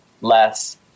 less